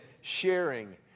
sharing